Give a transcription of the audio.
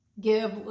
give